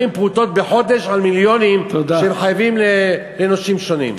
פרוטות בחודש על מיליונים שהם חייבים לנושים שונים.